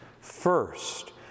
first